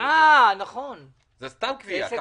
אין בעיה,